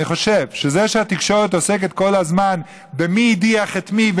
אני חושב שזה שהתקשורת עוסקת כל הזמן במי הדיח את מי,